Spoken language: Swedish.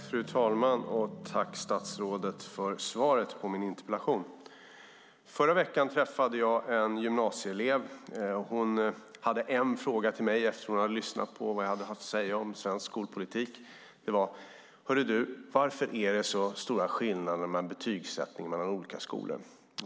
Fru talman! Tack för svaret på min interpellation, statsrådet! Förra veckan träffade jag en gymnasieelev. Hon hade en fråga till mig eftersom hon hade lyssnat på vad jag hade att säga om svensk skolpolitik. Det var: Varför är det så stora skillnader i betygssättningen mellan olika skolor?